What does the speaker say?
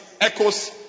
echoes